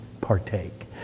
partake